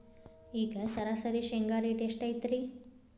ಈಗ ಸರಾಸರಿ ಶೇಂಗಾ ರೇಟ್ ಎಷ್ಟು ಐತ್ರಿ?